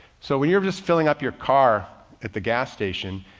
so when you're just filling up your car at the gas station,